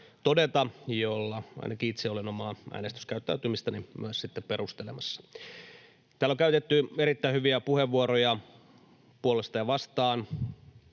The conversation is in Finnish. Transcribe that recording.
joilla ainakin itse olen omaa äänestyskäyttäytymistäni myös sitten perustelemassa. Täällä on käytetty erittäin hyviä puheenvuoroja puolesta ja vastaan,